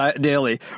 daily